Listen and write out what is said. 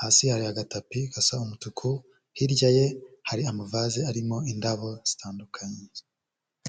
hasi hari agatapi gasa umutuku hirya ye hari amavaze arimo indabo zitandukanye.